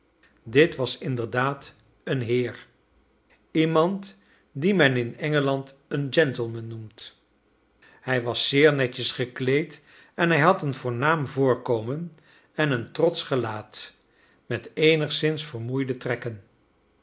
dit was inderdaad een heer iemand dien men in engeland een gentleman noemt hij was zeer netjes gekleed en hij had een voornaam voorkomen en een trotsch gelaat met eenigszins vermoeide trekken